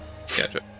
Gotcha